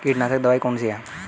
कीटनाशक दवाई कौन कौन सी हैं?